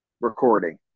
recording